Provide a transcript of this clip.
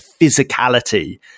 physicality